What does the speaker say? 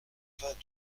vingt